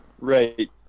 Right